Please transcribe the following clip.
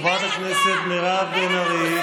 חברת הכנסת מירב בן ארי,